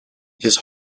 his